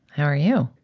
how are you?